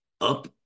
up